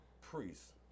priests